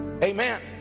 Amen